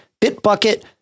Bitbucket